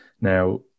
Now